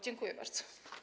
Dziękuję bardzo.